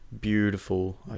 beautiful